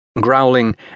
Growling